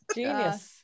genius